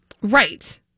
right